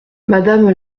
madame